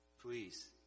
please